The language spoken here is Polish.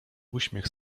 uśmiech